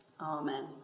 Amen